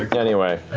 anyway.